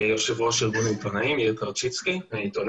יושב-ראש ארגון העיתונאים ועיתונאי.